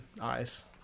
eyes